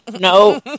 no